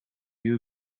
you